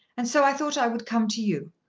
and so i thought i would come to you.